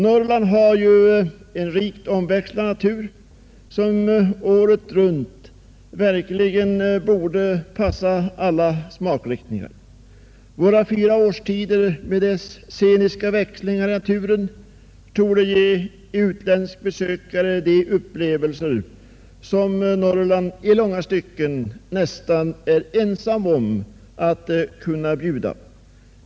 Norrland har ju en rikt omväxlande natur, som året runt verkligen borde passa alla smakriktningar. Våra fyra årstider med deras sceniska växlingar i naturen torde ge en utländsk besökare de upplevelser som Norrland i långa stycken nästan är ensamt om att kunna bjuda.